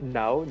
now